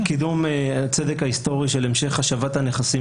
קידום הצדק ההיסטורי של המשך השבת הנכסים